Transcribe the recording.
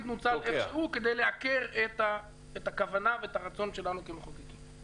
נוצר איכשהו כדי לעקר את הכוונה ואת הרצון שלנו כמחוקקים.